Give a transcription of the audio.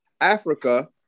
Africa